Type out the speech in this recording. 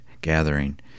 gathering